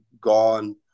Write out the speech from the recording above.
gone